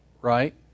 right